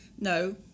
No